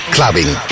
Clubbing